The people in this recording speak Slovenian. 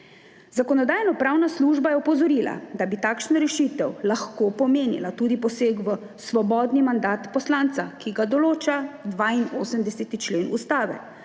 Zakonodajno-pravna služba je opozorila, da bi takšna rešitev lahko pomenila tudi poseg v svobodni mandat poslanca, ki ga določa 82. člen Ustave,